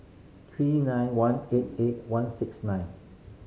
three nine one eight eight one six nine